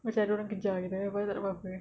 macam ada orang kejar gitu padahal takde apa-apa